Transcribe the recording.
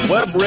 Web